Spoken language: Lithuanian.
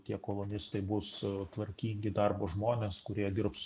tie kolonistai bus tvarkingi darbo žmonės kurie dirbs